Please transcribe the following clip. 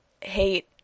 hate